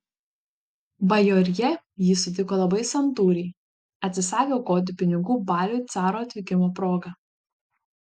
bajorija jį sutiko labai santūriai atsisakė aukoti pinigų baliui caro atvykimo proga